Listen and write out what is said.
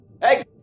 Hey